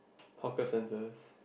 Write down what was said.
hawker centres